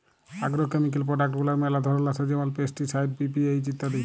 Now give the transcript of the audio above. agrochemical product গুলার ম্যালা ধরল আসে যেমল পেস্টিসাইড, পি.পি.এইচ ইত্যাদি